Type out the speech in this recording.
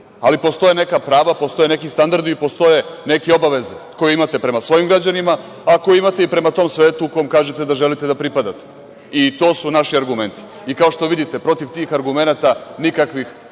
ali postoje neka prava, postoje neki standardi i postoje neke obaveze koje imate prema svojim građanima, a ako imate i prema tom svetu u kom kažete da želite da pripadate i to su naši argumenti i kao što vidite, protiv tih argumenata nikakvih